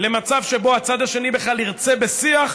למצב שבו הצד השני בכלל ירצה בשיח,